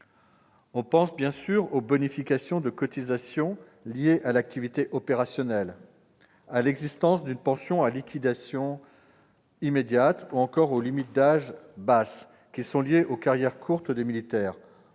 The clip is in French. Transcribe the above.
On pense, bien sûr, aux bonifications de cotisations liées à l'activité opérationnelle, à l'existence d'une pension à liquidation immédiate, ou encore aux limites d'âge basses, qui sont liées aux carrières courtes des militaires.